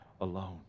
alone